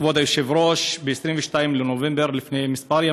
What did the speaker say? כבוד היושב-ראש, ב-22 בנובמבר, לפני ימים מספר,